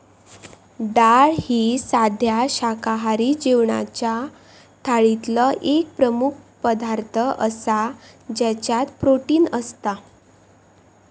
डाळ ही साध्या शाकाहारी जेवणाच्या थाळीतलो एक मुख्य पदार्थ आसा ज्याच्यात प्रोटीन असता